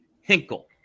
Hinkle